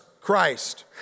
Christ